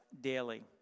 daily